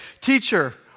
Teacher